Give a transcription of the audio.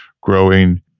growing